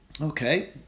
Okay